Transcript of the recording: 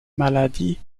maladie